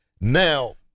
Now